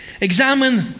Examine